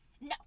no